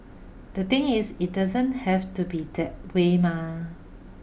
the thing is it doesn't have to be that way Mah